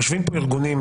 יושבים פה ארגונים,